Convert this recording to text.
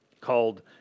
called